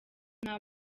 nta